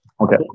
Okay